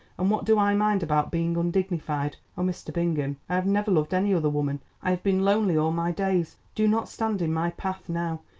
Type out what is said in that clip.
and what do i mind about being undignified? oh, mr. bingham, i have never loved any other woman, i have been lonely all my days. do not stand in my path now.